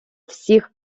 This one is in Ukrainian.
всіх